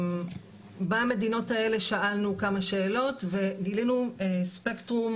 במדינות האלה שאלנו כמה שאלות וגילינו ספקטרום